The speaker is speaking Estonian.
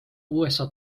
usa